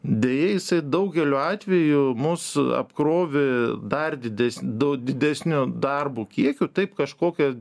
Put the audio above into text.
deja jisai daugeliu atvejų mus apkrovė dar dides dau didesniu darbų kiekiu taip kažkokią